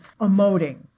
emoting